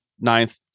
ninth